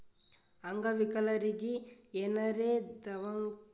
ಅಂಗವಿಕಲರಿಗಿ ಏನಾರೇ ದವ್ಕಾನಿ ಖರ್ಚ್ ಇದ್ದೂರ್ ಇನ್ಸೂರೆನ್ಸ್ ಕಂಪನಿ ಕೊಡ್ತುದ್